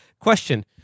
Question